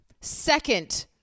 second